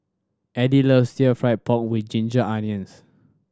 Eddie loves still fry pork with ginger onions